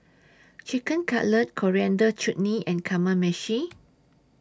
Chicken Cutlet Coriander Chutney and Kamameshi